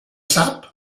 sap